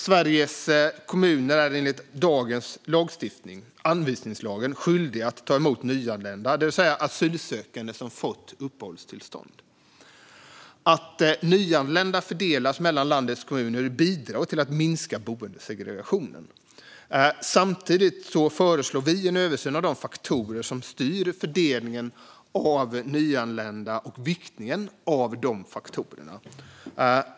Sveriges kommuner är enligt dagens lagstiftning, anvisningslagen, skyldiga att ta emot nyanlända, det vill säga asylsökande som fått uppehållstillstånd. Att nyanlända fördelas mellan landets kommuner bidrar till att minska boendesegregationen. Samtidigt föreslår vi en översyn av de faktorer som styr fördelningen av nyanlända och viktningen av de faktorerna.